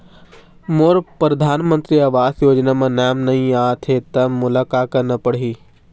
मोर परधानमंतरी आवास योजना म नाम नई आत हे त मोला का करना पड़ही?